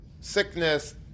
Sickness